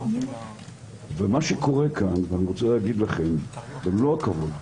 אני רוצה להגיד לכם, במלוא הכבוד,